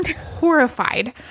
horrified